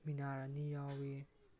ꯃꯤꯅꯥꯔꯥꯅꯤ ꯌꯥꯎꯏ